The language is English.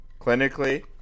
Clinically